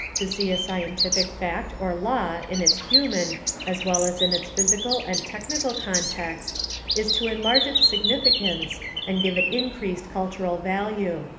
to see a scientific fact or law in its human as well as in its physical and technical context is to enlarge its significance and give it increased cultural value.